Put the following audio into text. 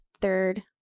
third